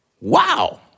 Wow